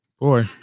Boy